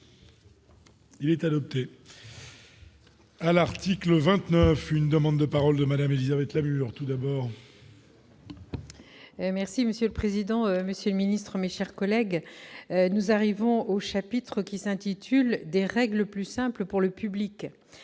Il est adopté. à l'article 29, une demande de paroles de Madame Élisabeth Lamure tout d'abord. Merci monsieur le président, Monsieur le Ministre, mes chers collègues, nous arrivons au chapitre qui s'intitule des règles plus simples pour le public,